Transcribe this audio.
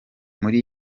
muri